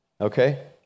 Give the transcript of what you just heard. okay